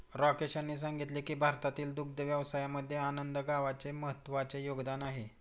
राकेश यांनी सांगितले की भारतातील दुग्ध व्यवसायामध्ये आनंद गावाचे महत्त्वाचे योगदान आहे